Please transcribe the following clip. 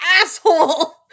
asshole